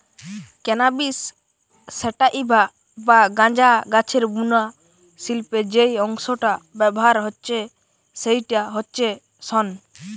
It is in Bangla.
ক্যানাবিস স্যাটাইভা বা গাঁজা গাছের বুনা শিল্পে যেই অংশটা ব্যাভার হচ্ছে সেইটা হচ্ছে শন